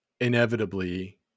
inevitably